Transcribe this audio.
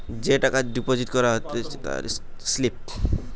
যে টাকা ডিপোজিট করেছে তার স্লিপ